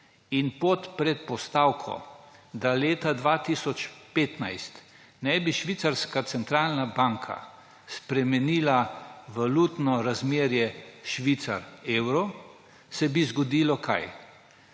in pod predpostavko, da leta 2015 ne bi švicarska centralna banka spremenila valutno razmerje švicar : evro bi se zgodilo – kaj?